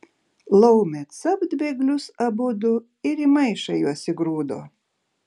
laumė capt bėglius abudu ir į maišą juos įgrūdo